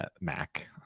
Mac